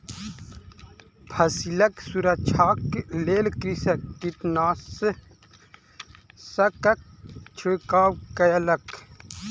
फसिलक सुरक्षाक लेल कृषक कीटनाशकक छिड़काव कयलक